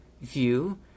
view